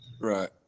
Right